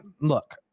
look